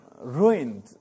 ruined